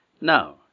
now